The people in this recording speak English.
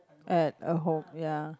at a home ya